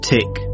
Tick